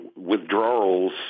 withdrawals